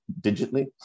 digitally